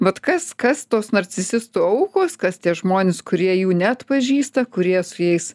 vat kas kas tos narcisistų aukos kas tie žmonės kurie jų neatpažįsta kurie su jais